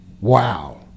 wow